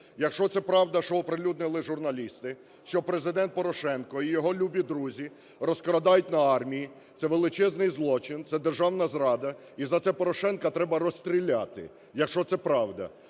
Якщо це правда, що оприлюднили журналісти, що Президент Порошенко і його "любі друзі" розкрадають на армії, – це величезний злочин, це державна зрада, і за це Порошенка треба розстріляти, якщо це правда.